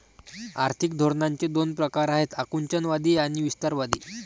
आर्थिक धोरणांचे दोन प्रकार आहेत आकुंचनवादी आणि विस्तारवादी